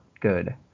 good